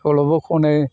सल'बो ख'नो